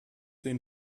den